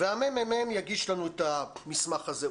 והממ"מ יגיש לנו את המסמך הזה.